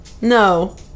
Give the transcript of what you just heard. no